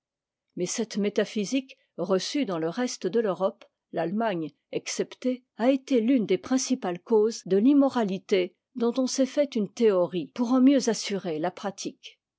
mais cette métaphysique reçue dans le reste de l'europe l'allemagne exceptée a été t'une des principales causes de l'immoralité dont on s'est fait une théorie pour en mieux assurer la pratique